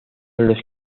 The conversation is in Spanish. los